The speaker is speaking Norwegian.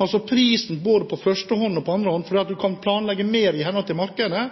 altså prisen både på førstehånd og på andrehånd, fordi man kan planlegge mer i henhold til markedet.